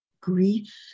grief